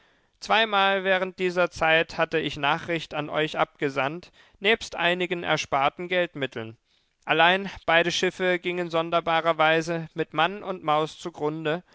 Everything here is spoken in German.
zweimal während dieser zeit hatte ich nachricht an euch abgesandt nebst einigen ersparten geldmitteln allein beide schiffe gingen sonderbarerweise mit mann und maus zugrunde